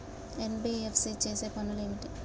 NBFC చేసే పనులు ఏమిటి?